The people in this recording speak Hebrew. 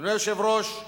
אדוני היושב-ראש,